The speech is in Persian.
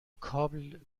کابل